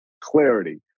clarity